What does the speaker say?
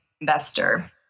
investor